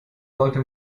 sollte